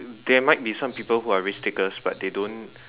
there might be some people who are risk takers but they don't